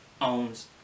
owns